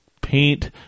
paint